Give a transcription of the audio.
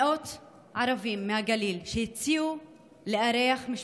מאות ערבים מהגליל הציעו לארח משפחות,